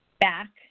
back